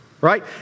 right